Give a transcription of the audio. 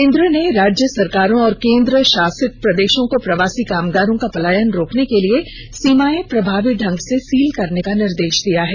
केन्द्र ने राज्य सरकारों और केन्द्रशासित प्रदेशों को प्रवासी कामगारों का पलायन रोकने के लिए सीमाएं प्रभावी ढंग से सील करने का निर्देश दिया है